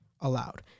allowed